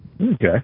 Okay